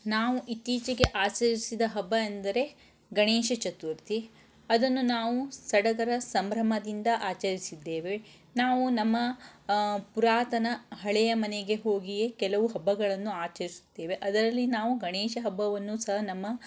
ನಾವು ಇತ್ತೀಚಿಗೆ ಆಚರಿಸಿದ ಹಬ್ಬ ಎಂದರೆ ಗಣೇಶ ಚತುರ್ಥಿ ಅದನ್ನು ನಾವು ಸಡಗರ ಸಂಭ್ರಮದಿಂದ ಆಚರಿಸಿದ್ದೇವೆ ನಾವು ನಮ್ಮ ಪುರಾತನ ಹಳೆಯ ಮನೆಗೆ ಹೋಗಿಯೇ ಕೆಲವು ಹಬ್ಬಗಳನ್ನು ಆಚರಿಸುತ್ತೇವೆ ಅದರಲ್ಲಿ ನಾವು ಗಣೇಶ ಹಬ್ಬವನ್ನು ಸಹ ನಮ್ಮ